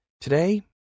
Today